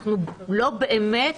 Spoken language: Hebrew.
אנחנו לא באמת